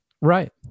Right